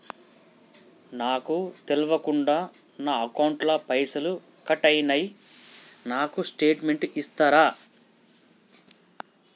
నాకు తెల్వకుండా నా అకౌంట్ ల పైసల్ కట్ అయినై నాకు స్టేటుమెంట్ ఇస్తరా?